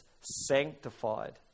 sanctified